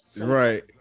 Right